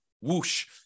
whoosh